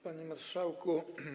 Panie Marszałku!